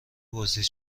بازدید